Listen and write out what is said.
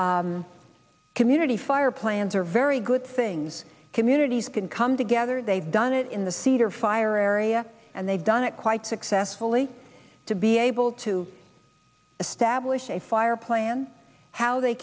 plans community fire plans are very good things communities can come together they've done it in the cedar fire area and they've done it quite successfully to be able to establish a fire plan how they